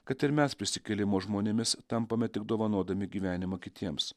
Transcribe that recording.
kad ir mes prisikėlimo žmonėmis tampame tik dovanodami gyvenimą kitiems